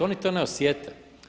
Oni to ne osjete.